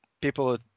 people